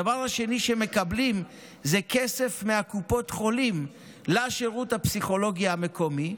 הדבר השני שמקבלים הוא כסף מקופות החולים לשירות הפסיכולוגי המקומי,